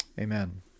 amen